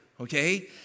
Okay